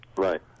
Right